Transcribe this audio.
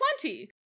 plenty